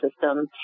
system